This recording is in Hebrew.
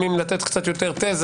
בתנאי חוק-יסוד: